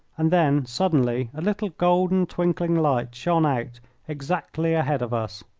and then suddenly a little golden twinkling light shone out exactly ahead of us.